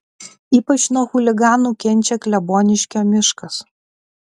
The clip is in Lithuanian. ypač nuo chuliganų kenčia kleboniškio miškas